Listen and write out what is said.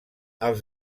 els